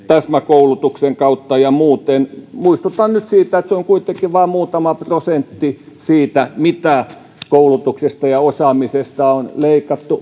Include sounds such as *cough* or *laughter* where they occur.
täsmäkoulutuksen kautta ja muuten muistutan nyt siitä että se on kuitenkin vain muutama prosentti siitä mitä koulutuksesta ja osaamisesta on leikattu *unintelligible*